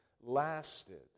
lasted